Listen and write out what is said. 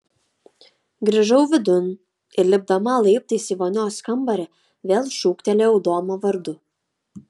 grįžau vidun ir lipdama laiptais į vonios kambarį vėl šūktelėjau domą vardu